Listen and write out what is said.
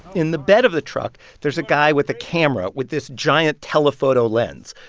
in the bed of the truck, there's a guy with a camera with this giant telephoto lens,